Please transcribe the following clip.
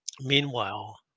meanwhile